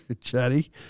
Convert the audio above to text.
Chatty